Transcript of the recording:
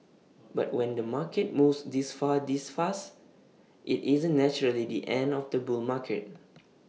but when the market moves this far this fast IT isn't naturally the end of the bull market